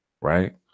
right